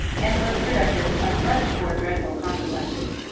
and was productive of much more dreadful consequences.